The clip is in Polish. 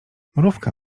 mrówka